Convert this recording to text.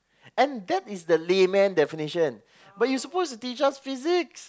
and that is the layman definition but you supposed to teach us physics